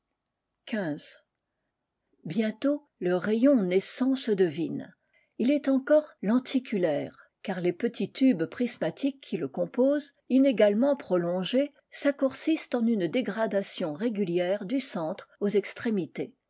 bientôt le rayon naissant se devine il est encore lenticulaire car les petits tubes prismatiques qui le composent inégalement prolongés s'accourcissent en une dégradation régukère du centre aux extrémités